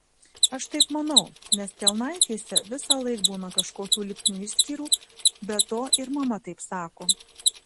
aš taip manau nes kelnaitėse visąlaik būna kažkokių lipnių išskyrų be to ir mama taip sako